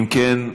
אם כן,